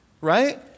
right